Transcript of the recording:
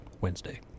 Wednesday